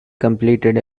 completed